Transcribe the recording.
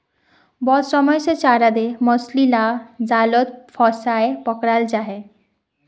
बहुत समय से चारा दें मछली लाक जालोत फसायें पक्राल जाहा